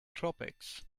tropics